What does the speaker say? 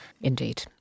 Indeed